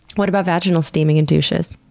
what about vaginal steaming and douches?